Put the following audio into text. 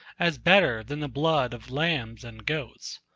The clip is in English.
as better than the blood of lambs and goats.